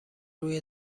روی